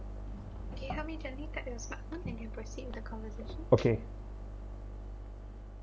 okay